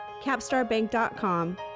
capstarbank.com